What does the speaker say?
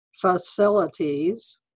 facilities